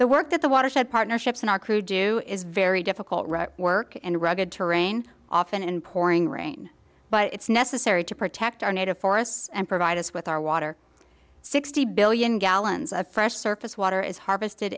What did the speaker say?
the work that the watershed partnerships in our crew do is very difficult work and rugged terrain often in pouring rain but it's necessary to protect our native forests and provide us with our water sixty billion gallons of fresh surface water is harvest